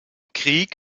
krieg